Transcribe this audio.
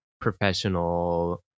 professional